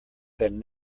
than